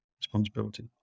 responsibility